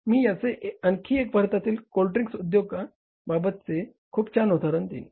मी याचे आणखी एक भारतातील कोल्ड्रिंक्स उद्योगा बाबतचे खूप छान उदाहरण देईन